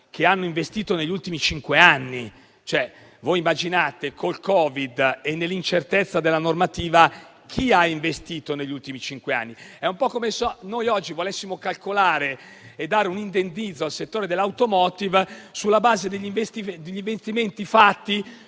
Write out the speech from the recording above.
che hanno investito negli ultimi cinque anni. Immaginate, col Covid e nell'incertezza della normativa, chi ha investito negli ultimi cinque anni. È un po' come se noi oggi volessimo calcolare e dare un indennizzo al settore dell'*automotive* sulla base degli investimenti fatti